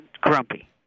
grumpy